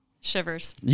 shivers